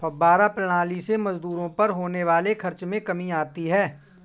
फौव्वारा प्रणाली से मजदूरों पर होने वाले खर्च में कमी आती है